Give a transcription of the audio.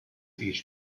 each